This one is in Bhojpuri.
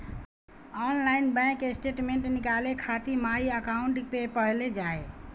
ऑनलाइन बैंक स्टेटमेंट निकाले खातिर माई अकाउंट पे पहिले जाए